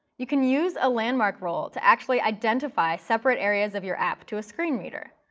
you can use a landmark role to actually identify separate areas of your app to screen reader.